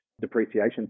depreciation